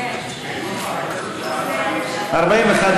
איתן ברושי,